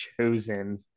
Chosen